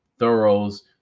thoroughs